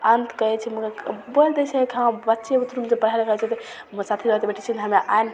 अन्त कहै छै मगर बोलि दै छै कि हँ बच्चे बुतरुमे जे पढ़ै लिखै छै तऽ हमर साथी साथे बैठै छै हमे आइ